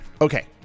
Okay